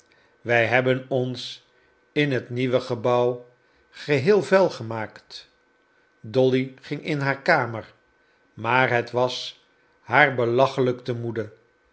wij hebben ons in het nieuwe gebouw geheel vuil gemaakt dolly ging in haar kamer maar het was haar belachelijk te moede